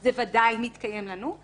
זה בוודאי מתקיים לנו.